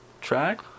track